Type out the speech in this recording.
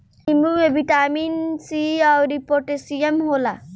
नींबू में vitamin C अउरी पोटैशियम होला